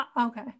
okay